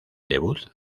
debut